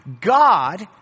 God